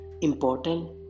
important